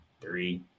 three